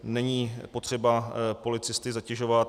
Není potřeba policisty zatěžovat.